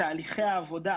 איפה אתם עומדים באירוע הזה?